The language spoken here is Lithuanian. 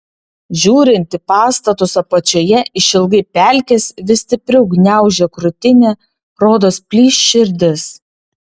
žiūrint į pastatus apačioje išilgai pelkės vis stipriau gniaužia krūtinę rodos plyš širdis